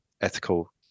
ethical